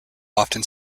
often